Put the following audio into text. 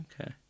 Okay